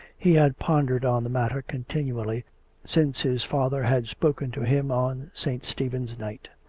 he had pondered on the matter continually since his father had spoken to him on saint stephen's night